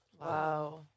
Wow